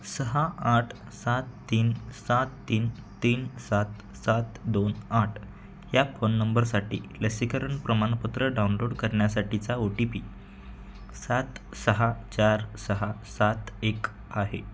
सहा आठ सात तीन सात तीन तीन सात सात दोन आठ ह्या फोन नंबरसाठी लसीकरण प्रमाणपत्र डाउनलोड करण्यासाठीचा ओ टी पी सात सहा चार सहा सात एक आहे